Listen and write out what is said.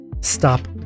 stop